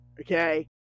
okay